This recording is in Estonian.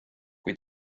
kui